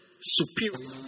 Superior